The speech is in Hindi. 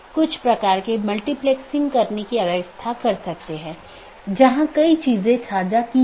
BGP चयन एक महत्वपूर्ण चीज है BGP एक पाथ वेक्टर प्रोटोकॉल है जैसा हमने चर्चा की